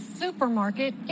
supermarket